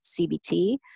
CBT